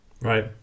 Right